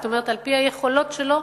זאת אומרת על-פי היכולות שלו,